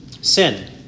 sin